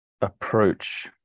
approach